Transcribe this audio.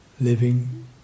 living